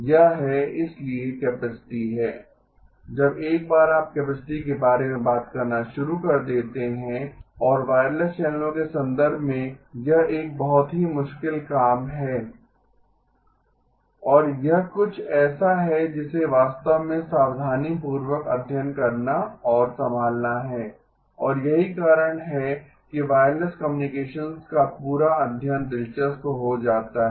यह है इसलिए कैपेसिटी है जब एक बार आप कैपेसिटी के बारे में बात करना शुरू कर देते हैं और वायरलेस चैनलों के संदर्भ में यह एक बहुत ही मुश्किल काम है और यह कुछ ऐसा है जिसे वास्तव में सावधानीपूर्वक अध्ययन करना और संभालना है और यही कारण है कि वायरलेस कम्युनिकेशन्स का पूरा अध्ययन दिलचस्प हो जाता है